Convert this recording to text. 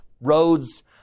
Roads